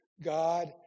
God